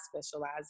specialize